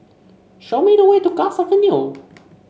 show me the way to Guards Avenue